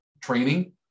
training